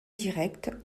direct